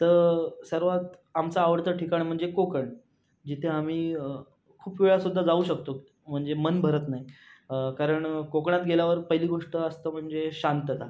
तर सर्वात आमचा आवडतं ठिकाण म्हणजे कोकण जिथे आम्ही खूप वेळासुद्धा जाऊ शकतो म्हणजे मन भरत नाही कारण कोकणात गेल्यावर पहिली गोष्ट असतं म्हणजे शांतता